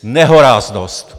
Nehoráznost!